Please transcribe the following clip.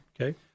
Okay